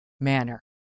manner